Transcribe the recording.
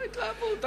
לא התלהבות.